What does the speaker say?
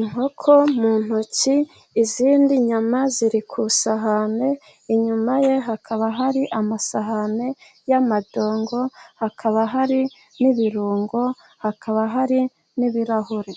inkoko mu ntoki, izindi nyama ziri ku isahani. Inyuma ye hakaba hari amasahani y’amadongo, hakaba hari n’ibirungo, hakaba hari n’ibirahure.